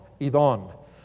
idon